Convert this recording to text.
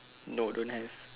no don't have